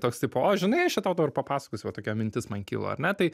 toks tipo o žinai aš čia tau dabar papasakosiu va tokia mintis man kilo ar ne tai